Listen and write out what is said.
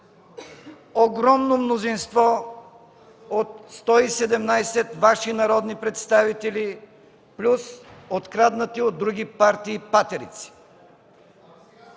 огромно мнозинство от 117 Ваши народни представители, плюс откраднати от други партии патерици.